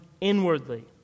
inwardly